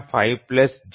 5 0